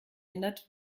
ändert